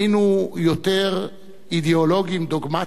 היינו יותר אידיאולוגים דוגמטים.